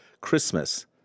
Christmas